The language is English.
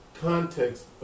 context